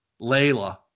Layla